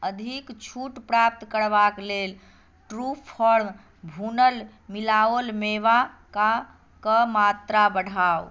अधिक छूट प्राप्त करबाक लेल ट्रयूफार्म भुनल मिलाओल मेवा क मात्रा बढ़ाऊ